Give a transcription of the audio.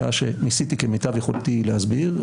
שעה שניסיתי כמיטב יכולתי להסביר.